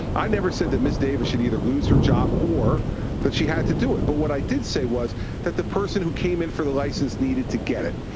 i never said that ms. davis should either lose her job or that she had to do it. but what i did say was that the person who came in for the license needed to get it.